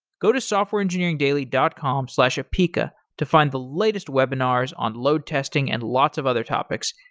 go to softwareengineeringdaily dot com slash apica to find the latest webinars on load testing and lots of other topics,